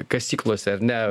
kasyklose ar ne